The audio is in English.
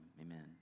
amen